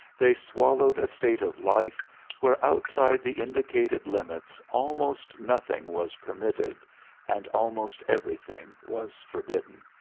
they swallowed a state of life where outside the indicated limits almost nothing was permitted and almost everything was forbidden.